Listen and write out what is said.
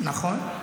נכון.